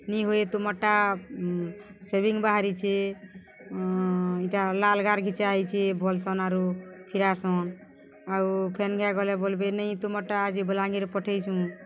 ନି ହୁଏ ତୁମର୍ଟା ସେଭିିଙ୍ଗ୍ ବାହାରିଛେ ଇଟା ଲାଲ୍ ଗାର୍ ଘିଚାହେଇଛେ ବଲ୍ସନ୍ ଆରୁ ଫିରାସନ୍ ଆଉ ଫେନ୍ ଘାଏ ଗଲେ ବଲ୍ବେ ନାଇ ତୁମର୍ଟା ଆଜି ବଲାଙ୍ଗୀର୍ ପଠେଇଛୁଁ